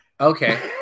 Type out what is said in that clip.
Okay